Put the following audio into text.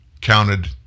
counted